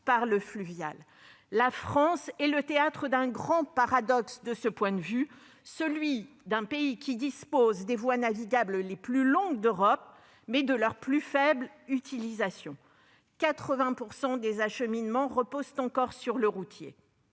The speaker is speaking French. par le fluvial. La France est le théâtre d'un grand paradoxe de ce point de vue : c'est le pays qui dispose des voies navigables les plus longues d'Europe, mais dont le taux d'utilisation est le plus faible, 80 % des acheminements reposant encore sur le routier.